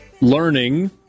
learning